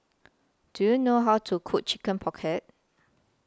Do YOU know How to Cook Chicken Pocket